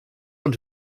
want